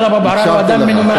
טלב אבו עראר הוא אדם מנומס,